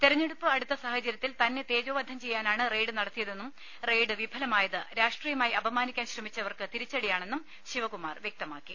തെരഞ്ഞെടുപ്പ് അടുത്ത സാഹചര്യത്തിൽ തന്നെ തേജോവധം ചെയ്യാനാണ് റെയ്ഡ് നടത്തിയതെന്നും റെയ്ഡ് വിഫലമായത് രാഷ്ട്രിയമായി അപമാനിക്കാൻ ശ്രമിച്ചവർക്ക് തിരിച്ചടിയാ ണെന്നും ശിവകുമാർ വ്യക്തമാക്കി